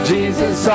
Jesus